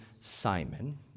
Simon